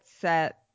set